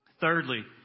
Thirdly